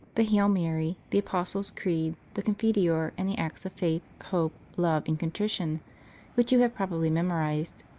the hail mary, the apostles' creed, the confiteor and the acts of faith, hope, love and contrition which you have probably memorized.